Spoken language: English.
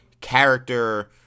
character